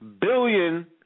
billion